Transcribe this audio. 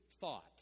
thought